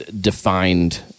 defined